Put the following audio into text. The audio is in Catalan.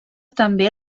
també